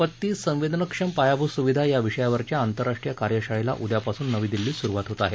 आपती संवेदनक्षम पायाभूत सुविधा या विषयावरच्या आंतरराष्ट्रीय कार्यशाळेला उद्यापासून नवी दिल्लीत सुरुवात होत आहे